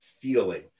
feeling